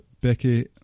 Becky